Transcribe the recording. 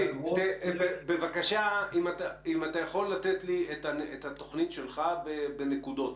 אשמח אם תיתן לי את התוכנית שלך בנקודות.